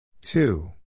two